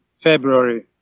february